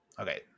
okay